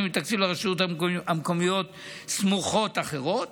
מהתקציב לרשויות מקומיות סמוכות אחרות.